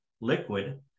liquid